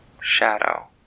shadow